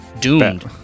doomed